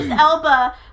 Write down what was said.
Elba